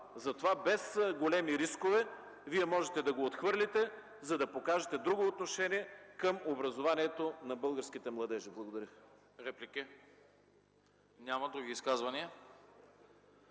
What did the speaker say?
Затова без големи рискове Вие можете да го отхвърлите, за да покажете друго отношение към образованието на българските младежи. Благодаря. ПРЕДСЕДАТЕЛ АНАСТАС